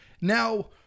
Now